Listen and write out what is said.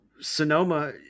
Sonoma